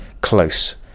close